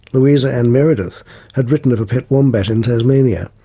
louisa anne meredith had written of a pet wombat in tasmania.